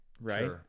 right